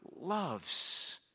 loves